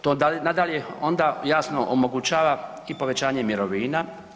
To nadalje onda jasno omogućava i povećanje mirovina.